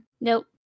Nope